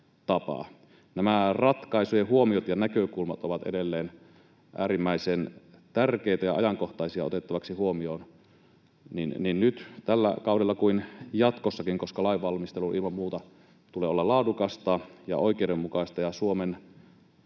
Nämä ratkaisujen huomiot ja näkökulmat ovat edelleen äärimmäisen tärkeitä ja ajankohtaisia otettaviksi huomioon niin nyt tällä kaudella kuin jatkossakin, koska lainvalmistelun ilman muuta tulee olla laadukasta ja oikeudenmukaista ja Suomen